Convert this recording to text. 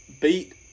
Beat